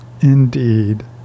indeed